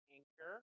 Anchor